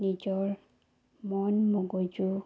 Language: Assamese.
নিজৰ মন মগজু